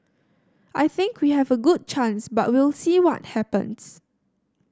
I think we have a good chance but we'll see what happens